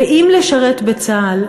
ואם לשרת בצה"ל,